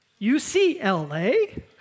UCLA